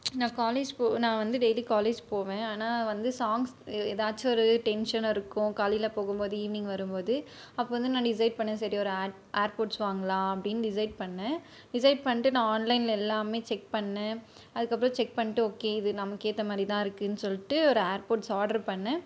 நான் காலேஜ் போ நான் வந்து டெய்லி காலேஜ் போவேன் ஆனால் வந்து சாங்ஸ் ஏதாச்சும் ஒரு டென்ஷன் இருக்கும் காலையில போகும் போது ஈவினிங் வரும் போது அப்போ வந்து நான் டிசைட் பண்ணேன் சரி ஒரு ஏர் ஏர்போட்ஸ் வாங்கலாம் அப்படினு டிசைட் பண்ணேன் டிசைட் பண்ணிவிட்டு நான் ஆன்லைனில் எல்லாமே செக் பண்ணேன் அதுக்கப்புறம் செக் பண்ணிவிட்டு ஓகே இது நமக்கேத்தமாதிரி தான் இருக்குன்னு சொல்லிவிட்டு ஒரு ஏர்போட்ஸ் ஆர்டர் பண்ணேன்